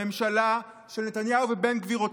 הממשלה של נתניהו ובן גביר,